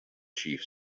chief